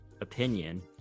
opinion